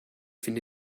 finde